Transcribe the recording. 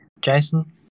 Jason